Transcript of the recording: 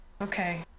Okay